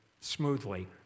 smoothly